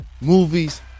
movies